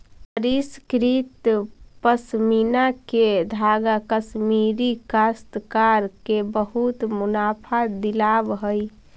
परिष्कृत पशमीना के धागा कश्मीरी काश्तकार के बहुत मुनाफा दिलावऽ हई